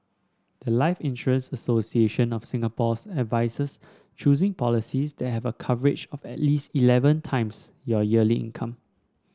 the life Insurance Association of Singapore's advises choosing policies that have a coverage of at least eleven times your yearly income